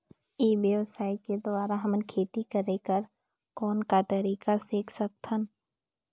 ई व्यवसाय के द्वारा हमन खेती करे कर कौन का तरीका सीख सकत हन?